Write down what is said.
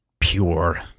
pure